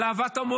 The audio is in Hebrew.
על אהבת המולדת,